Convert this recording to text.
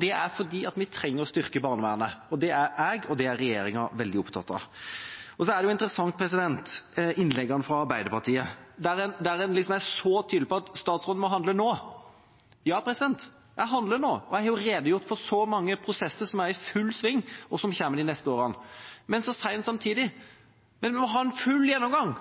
Det er fordi vi trenger å styrke barnevernet, og det er jeg – og regjeringen – veldig opptatt av. Så er det interessant med innleggene fra Arbeiderpartiet, der en liksom er så tydelig på at statsråden må handle nå. Ja, jeg handler nå, og jeg har jo redegjort for så mange prosesser som er i full sving, og som kommer de neste årene. Men så sier en samtidig: Vi må ha en full gjennomgang,